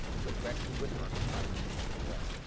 so gretchen whitmer is trying to sweep it away.